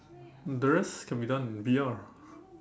this can be done V_R